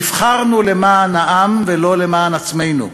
נבחרנו למען העם ולא למען עצמנו.